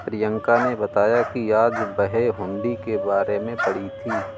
प्रियंका ने बताया कि आज वह हुंडी के बारे में पढ़ी थी